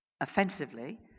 offensively